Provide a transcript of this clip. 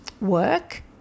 work